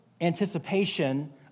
anticipation